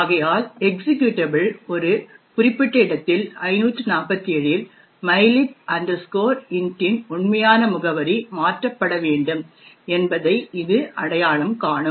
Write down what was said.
ஆகையால் எக்சிக்யூடபிள் ஒரு குறிப்பிட்ட இடத்தில் 547 இல் mylib int இன் உண்மையான முகவரி மாற்றப்பட வேண்டும் என்பதை இது அடையாளம் காணும்